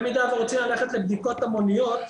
אם רוצים ללכת לבדיקות המוניות,